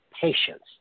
patience